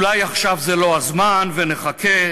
אולי עכשיו זה לא הזמן ונחכה,